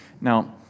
Now